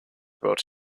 brought